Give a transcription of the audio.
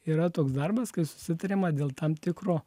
yra toks darbas kai susitariama dėl tam tikro